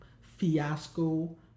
fiasco